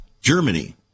Germany